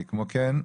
כמו כן,